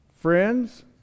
friends